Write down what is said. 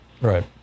Right